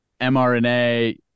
MRNA